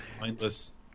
Mindless